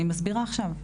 אני מסבירה עכשיו.